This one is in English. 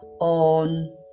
on